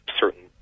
certain